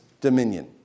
dominion